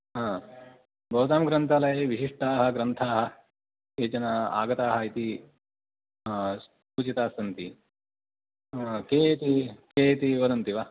हा भवतां ग्रन्थालये विशिष्टाः ग्रन्थाः केचन आगताः इति सूचिताः सन्ति के इति के इति वदन्ति वा